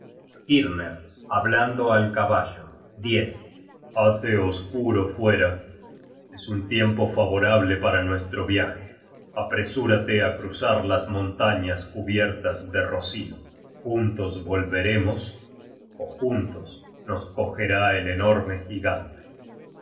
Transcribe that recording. skirner hablando al caballo hace oscuro fuera es un tiempo favorable para nuestro viaje apresúrate á cruzar las montañas cubiertas de rocío juntos volveremos ó juntos nos cogerá el enorme gigante